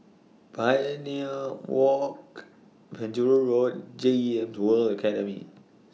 Pioneer Walk Penjuru Road and G E M S World Academy